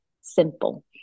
simple